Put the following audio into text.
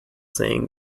saying